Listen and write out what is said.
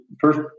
first